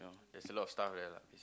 there's a lot of stuff there lah